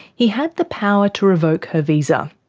he had the power to revoke her visa,